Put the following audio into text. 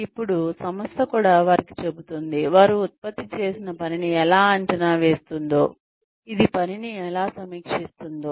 అప్పుడు సంస్థ కూడా వారికి చెబుతుంది వారు ఉత్పత్తి చేసిన పనిని ఎలా అంచనా వేస్తుందో ఇది పనిని ఎలా సమీక్షిస్తుందో